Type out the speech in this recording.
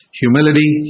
humility